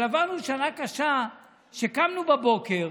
אבל עברנו שנה קשה כשקמנו בבוקר